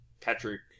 patrick